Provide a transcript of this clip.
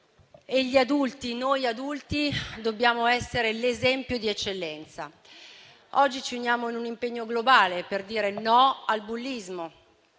costruttivo. Noi adulti dobbiamo essere l'esempio di eccellenza. Oggi ci uniamo in un impegno globale per dire no al bullismo.